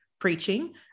preaching